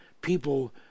people